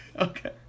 Okay